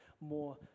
more